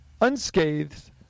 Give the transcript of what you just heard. unscathed